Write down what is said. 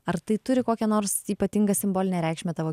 ar tai turi kokią nors ypatingą simbolinę reikšmę tavo